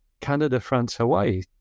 Canada-France-Hawaii